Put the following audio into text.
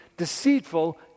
deceitful